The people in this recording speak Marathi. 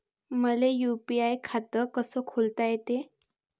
मले यू.पी.आय खातं कस खोलता येते?